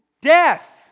Death